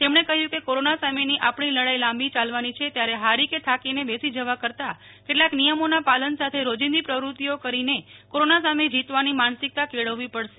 તેમણે કહ્યુ કે કોરોના સામેની આપણી લડાઈ લાંબી ચાલવાની છે ત્યારે હારી કે થાકીને બેસી જવા કરતા કેટલાક નિયમોના પાલન સાથે રોજીંદી પ્રવૃતિઓ કરીને કોરોના સામે માનસિકતા કેળવવી પડશે